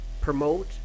promote